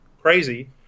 crazy